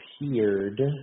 appeared